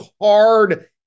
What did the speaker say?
hard